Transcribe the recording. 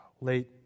late